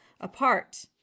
apart